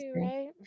right